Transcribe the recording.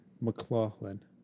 McLaughlin